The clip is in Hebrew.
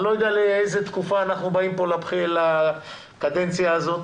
אני לא יודע לאיזו תקופה אנחנו באים בקדנציה הזאת,